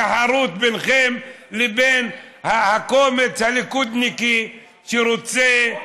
תחרות ביניכם לבין הקומץ הליכודניקי שרוצה,